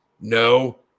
no